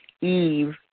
Eve